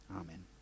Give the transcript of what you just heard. Amen